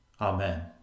Amen